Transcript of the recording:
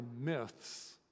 myths